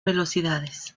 velocidades